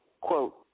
Quote